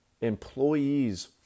employees